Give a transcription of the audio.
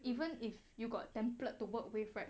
even if you got template to work with right